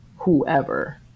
Whoever